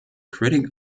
critic